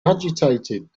agitated